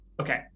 Okay